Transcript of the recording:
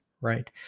Right